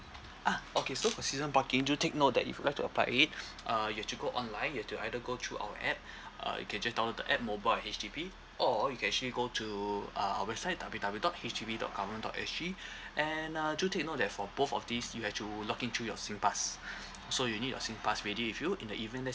ah okay so for season parking do take note that if you'd like to apply it uh you've to go online you have to either go to our app uh you can just download the app mobile at H_D_B or you can actually go to uh our website W W dot H D B dot government dot S G and uh do take note that for both of these you have to login through your singpass so you need your singpass ready with you in the event let's